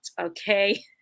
okay